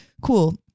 cool